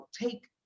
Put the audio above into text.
take